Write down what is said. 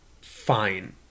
fine